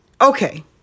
Okay